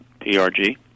PRG